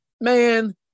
man